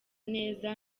neza